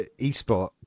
eSport